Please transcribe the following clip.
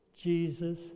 Jesus